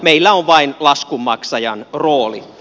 meillä on vain laskun maksajan rooli